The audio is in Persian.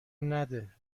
نده